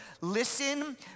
listen